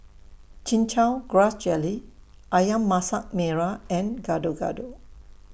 Chin Chow Grass Jelly Ayam Masak Merah and Gado Gado